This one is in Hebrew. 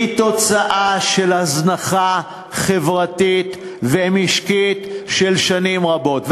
הם תוצאה של הזנחה חברתית ומשקית של שנים רבות,